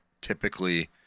typically